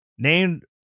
named